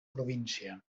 província